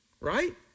right